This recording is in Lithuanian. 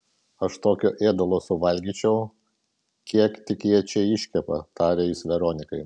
aš tokio ėdalo suvalgyčiau kiek tik jie čia iškepa tarė jis veronikai